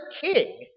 king